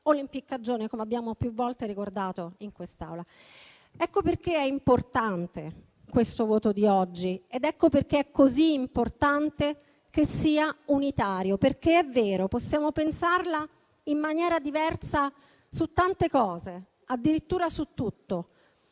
l'impiccagione, come abbiamo più volte ricordato in quest'Aula. Ecco perché è importante questo voto di oggi ed ecco perché è così importante che sia unitario. È vero, possiamo pensarla in maniera diversa su tante cose, addirittura su tutto,